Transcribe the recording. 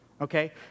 okay